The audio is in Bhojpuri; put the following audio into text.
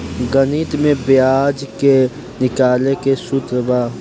गणित में ब्याज के निकाले के सूत्र बा